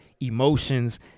emotions